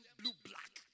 blue-black